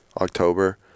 October